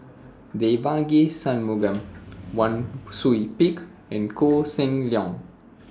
Devagi Sanmugam Wang Sui Pick and Koh Seng Leong